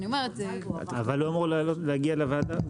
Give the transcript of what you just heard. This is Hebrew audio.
אבל הוא אמור להגיע לוועדה.